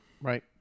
right